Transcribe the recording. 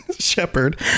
shepherd